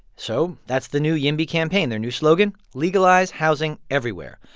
so that's the new yimby campaign. their new slogan legalize housing everywhere,